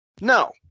no